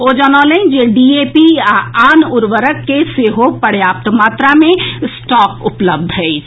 ओ जनौलनि जे डीएपी आ आन उर्वरक के सेहो पर्याप्त मात्रा मे स्टॉक उपलब्ध अछि